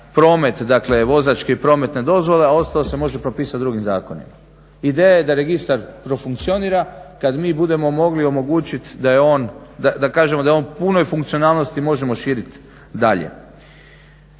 promet, vozačke i prometne dozvole a ostalo se može propisati drugim zakonima. Ideja je da registar profunkcionira, kad mi budemo mogli omogućiti da kažemo da je on u punoj funkcionalnosti možemo širiti dalje.